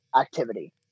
activity